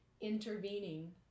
intervening